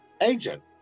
agent